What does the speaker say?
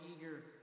eager